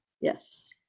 Yes